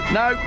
no